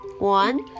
One